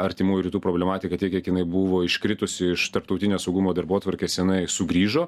artimųjų rytų problematika tiek kiek jinai buvo iškritusi iš tarptautinio saugumo darbotvarkės jinai sugrįžo